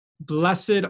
Blessed